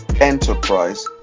enterprise